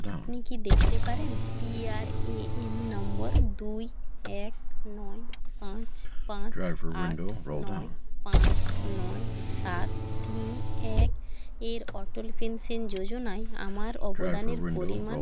আপনি কি দেখতে পারেন পি আর এ এন নম্বর দুই এক নয় পাঁচ পাঁচ আট নয় পাঁচ নয় সাত তিন এক এর অটল পেনশেন যোজনায় আমার অবদানের পরিমাণ